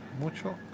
mucho